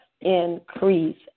increase